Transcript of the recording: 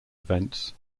events